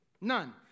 None